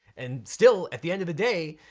and still at the end of the day,